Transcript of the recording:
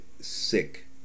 sick